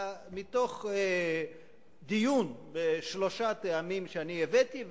מתוך דיון בשלושה הטעמים שאני הבאתי,